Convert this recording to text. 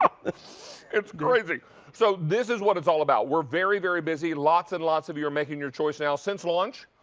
ah it's quizing so this is what it's all about. we are very, very busy. lots and lots of you are making your choice now, since lunch,